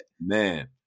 Man